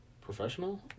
Professional